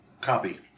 copy